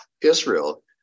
Israel